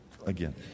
again